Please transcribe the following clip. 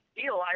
deal